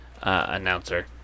announcer